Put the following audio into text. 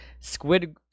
Squid